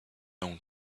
own